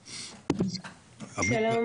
שלום.